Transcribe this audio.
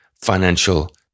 financial